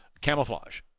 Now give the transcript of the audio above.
camouflage